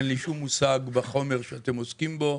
אין לי שום מושג בחומר שאתם עוסקים בו,